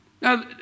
Now